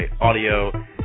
Audio